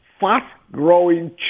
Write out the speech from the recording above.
fast-growing